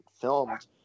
filmed